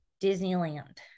Disneyland